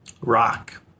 Rock